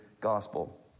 gospel